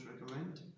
recommend